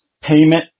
payment